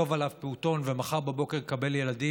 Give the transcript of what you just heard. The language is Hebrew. עליו "פעוטון" ולמוחרת בבוקר לקבל ילדים,